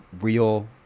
real